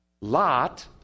Lot